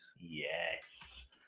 yes